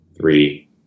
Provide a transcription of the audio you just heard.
three